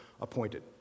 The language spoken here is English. appointed